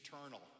eternal